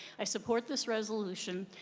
i support this resolution,